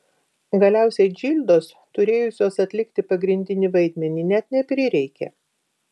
galiausiai džildos turėjusios atlikti pagrindinį vaidmenį net neprireikė